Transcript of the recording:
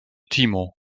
timo